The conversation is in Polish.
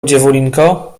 dziewulinko